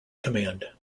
command